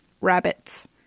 rabbits